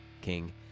King